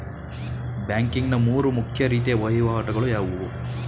Banking ನ ಮೂರು ಮುಖ್ಯ ರೀತಿಯ ವಹಿವಾಟುಗಳು ಯಾವುವು?